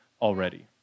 already